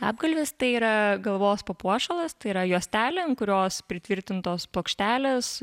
apgalvis tai yra galvos papuošalas tai yra juostelė ant kurios pritvirtintos plokštelės